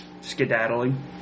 skedaddling